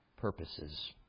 purposes